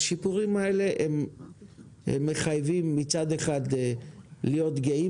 השיפורים האלה מחייבים מצד אחד להיות גאים